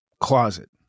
closet